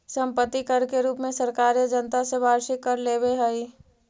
सम्पत्ति कर के रूप में सरकारें जनता से वार्षिक कर लेवेऽ हई